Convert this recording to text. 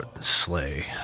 sleigh